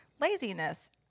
laziness